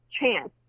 chance